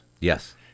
yes